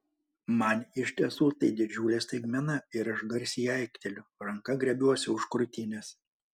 man iš tiesų tai didžiulė staigmena ir aš garsiai aikteliu ranka griebiuosi už krūtinės